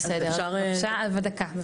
בבקשה, אבל דקה.